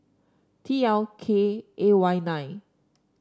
T L K A Y nine